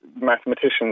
mathematicians